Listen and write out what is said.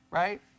right